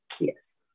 Yes